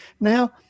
Now